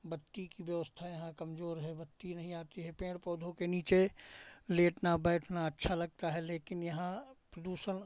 बत्ती की व्यवस्था यहाँ कमज़ोर है बत्ती नहीं आती है पेड़ पौधों के नीचे लेटना बैठना अच्छा लगता है लेकिन यहाँ प्रदूषण